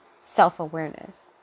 self-awareness